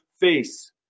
face